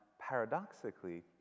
paradoxically